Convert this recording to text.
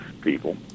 people